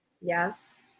yes